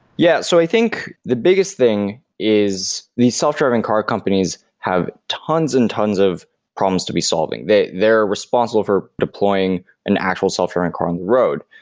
yeah. so i think the biggest thing is these self-driving car companies have tons and tons of problems to be solving. they they are responsible for deploying an actual self-driving car on the road.